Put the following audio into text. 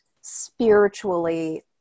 spiritually